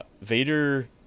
Vader